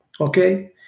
Okay